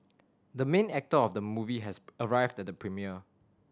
the main actor of the movie has arrived at the premiere